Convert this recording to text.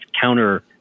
counter